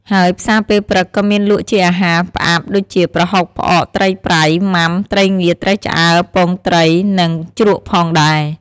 ហើយផ្សារពេលព្រឹកក៏មានលក់ជាអាហារផ្អាប់ ដូចជា ប្រហុក ផ្អក ត្រីប្រៃ មុាំ ត្រីងៀត ត្រីឆ្អើរ ពងត្រីនិង ជ្រក់ផងដែរ។